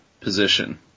position